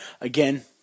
again